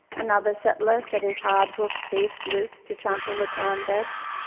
another settler set his hard hooved beasts loose to trample the clam beds,